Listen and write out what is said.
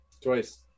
twice